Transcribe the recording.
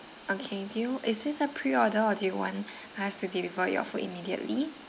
okay do you is this a preorder or do you want us to deliver your food immediately